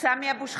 סמי אבו שחאדה,